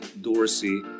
Dorsey